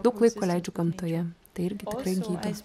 daug laiko leidžiu gamtoje tai irgi tikrai gydo